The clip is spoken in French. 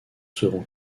seront